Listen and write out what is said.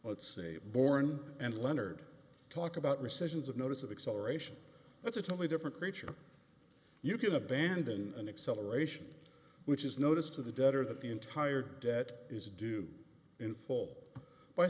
let's say born and leonard talk about recessions of notice of acceleration that's a totally different creature you can abandon an acceleration which is notice to the debtor that the entire debt is due in fall by